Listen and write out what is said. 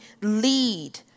lead